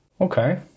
Okay